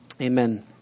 amen